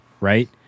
Right